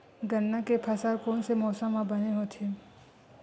गन्ना के फसल कोन से मौसम म बने होथे?